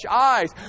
eyes